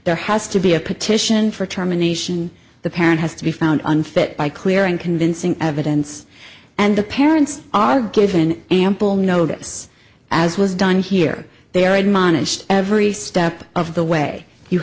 there has to be a petition for terminations the parent has to be found unfit by clear and convincing evidence and the parents are given ample notice as was done here they are admonished every step of the way you